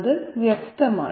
അത് വ്യക്തമാണ്